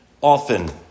often